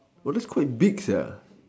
!wow! thats quite big sia